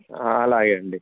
అలాగే అండి